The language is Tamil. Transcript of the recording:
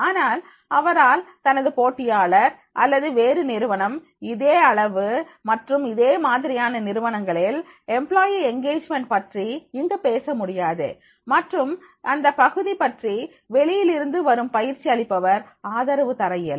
ஆனால் அவரால் தனது போட்டியாளர் அல்லது வேறு நிறுவனம் இதே அளவு மற்றும் இதே மாதிரியான நிறுவனங்களில் எம்ப்ளாயி எங்கேஜ்மென்ட் பற்றி இங்கு பேச முடியாது மற்றும் இந்தப் பகுதி பற்றி வெளியிலிருந்து வரும் பயிற்சி அளிப்பவர் ஆதரவு தர இயலும்